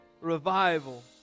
Revival